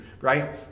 right